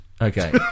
Okay